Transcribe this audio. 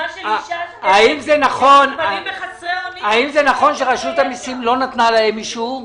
האם זה נכון שבהתחלה רשות המיסים לא נתנה להם אישור?